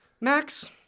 Max